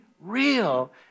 real